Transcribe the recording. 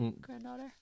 granddaughter